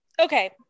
okay